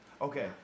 Okay